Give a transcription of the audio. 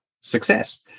success